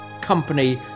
company